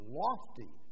lofty